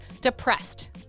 depressed